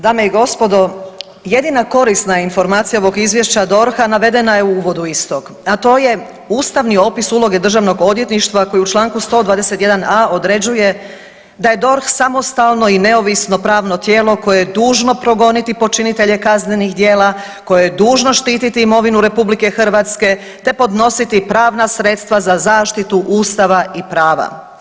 Dame i gospodo, jedina korisna informacija ovog izvješća DORH-a navedena je u uvodu istog, a to je ustavni opis uloge državnog odvjetništva koji u čl. 121.a. određuje da je DORH samostalno i neovisno pravno tijelo koje je dužno progoniti počinitelje kaznenih tijela, koje je dužno štititi imovinu RH, te podnositi pravna sredstva za zaštitu ustava i prava.